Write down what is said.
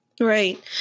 Right